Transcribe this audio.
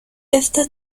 esta